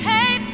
Hey